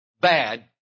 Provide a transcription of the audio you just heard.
bad